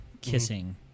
kissing